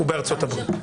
הם בארצות הברית.